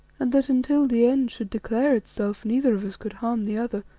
and that until the end should declare itself neither of us could harm the other,